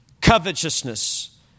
covetousness